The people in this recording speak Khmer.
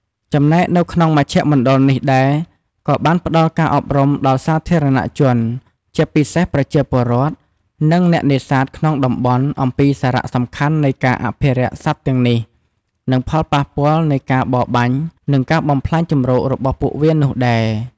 ចំណែកនៅក្នុងមជ្ឈមណ្ឌលនេះដែរក៏បានផ្តល់ការអប់រំដល់សាធារណៈជន ជាពិសេសប្រជាពលរដ្ឋ និងអ្នកនេសាទក្នុងតំបន់ អំពីសារៈសំខាន់នៃការអភិរក្សសត្វទាំងនេះ និងផលប៉ះពាល់នៃការបរបាញ់ និងការបំផ្លាញជម្រករបស់ពួកវានោះដែរ ។